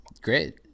Great